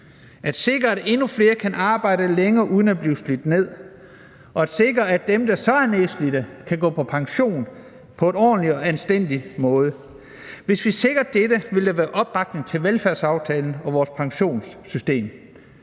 sikre, at endnu flere kan arbejde længere uden at blive slidt ned, og at dem, der er nedslidte, kan gå på pension på en ordentlig og anstændig måde. Hvis vi sikrer dette, vil der være opbakning til velfærdsaftalen og vores pensionssystem.